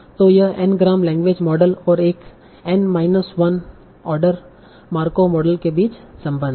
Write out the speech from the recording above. तों यह N gram language model और एक n minus 1 order Markov model के बीच संबंध है